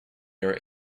are